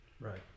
Right